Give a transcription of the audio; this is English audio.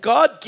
God